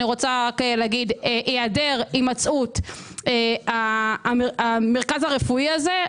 היעדר הימצאות המרכז הרפואי הזה,